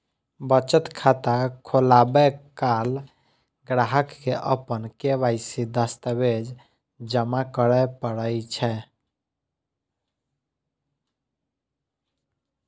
बचत खाता खोलाबै काल ग्राहक कें अपन के.वाई.सी दस्तावेज जमा करय पड़ै छै